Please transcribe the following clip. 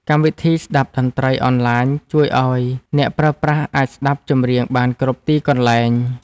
កម្មវិធីស្តាប់តន្ត្រីអនឡាញ ជួយឱ្យអ្នកប្រើប្រាស់អាចស្តាប់ចម្រៀងបានគ្រប់ទីកន្លែង។